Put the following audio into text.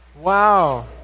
Wow